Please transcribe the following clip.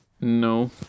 No